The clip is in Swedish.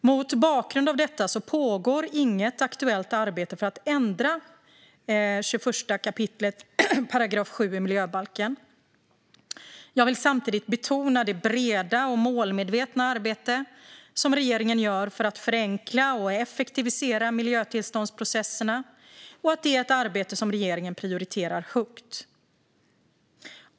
Mot bakgrund av detta pågår inget aktuellt arbete för att ändra i 21 kap. 7 § miljöbalken. Jag vill samtidigt betona det breda och målmedvetna arbete regeringen gör för att förenkla och effektivisera miljötillståndsprocesserna och att det är ett arbete som regeringen prioriterar högt.